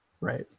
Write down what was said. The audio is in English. Right